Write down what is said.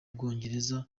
bwongereza